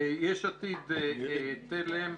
יש עתיד-תל"ם,